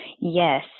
yes